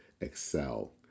excel